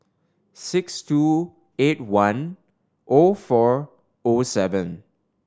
six two eight one O four O seven